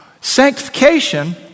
Sanctification